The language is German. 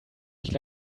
nicht